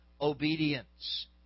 obedience